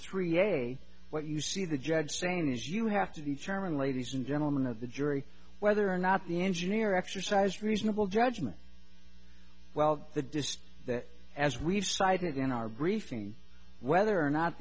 three a what you see the judge saying is you have to determine ladies and gentlemen of the jury whether or not the engineer exercised reasonable judgment well the disc that as we've cited in our briefing whether or not